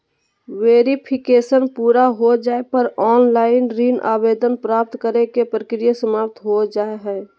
verification पूरा हो जाय पर ऑनलाइन ऋण आवेदन प्राप्त करे के प्रक्रिया समाप्त हो जा हय